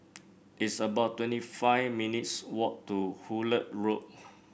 it's about twenty five minutes' walk to Hullet Road